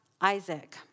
Isaac